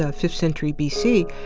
ah fifth century b c.